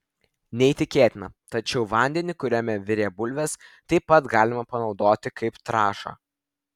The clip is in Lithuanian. neįtikėtina tačiau vandenį kuriame virė bulvės taip pat galima panaudoti kaip trąšą